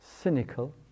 cynical